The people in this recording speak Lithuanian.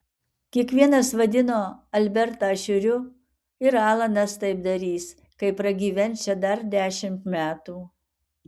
kiekvienas vadino albertą šiuriu ir alanas taip darys kai pragyvens čia dar dešimt metų